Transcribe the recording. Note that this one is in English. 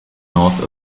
north